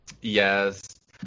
Yes